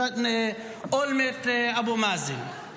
אולמרט-אבו מאזן.